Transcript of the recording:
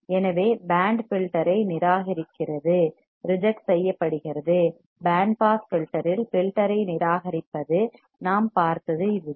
எனவே band filter ஐ நிராகரிக்கிறது ரிஜெக்ட் செய்யப்படுகிறது பேண்ட் பாஸ் ஃபில்டர் இல் ஃபில்டர் ஐ நிராகரிப்பது நாம் பார்த்தது இதுதான்